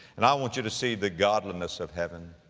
and i want you to see the godliness of heaven,